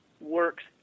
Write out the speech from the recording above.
works